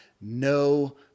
no